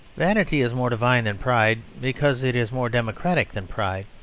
vanity is more divine than pride, because it is more democratic than pride.